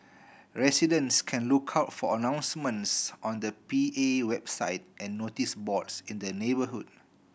residents can look out for announcements on the P A website and notice boards in the neighbourhood